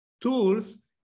tools